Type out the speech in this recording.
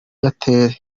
airtel